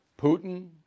Putin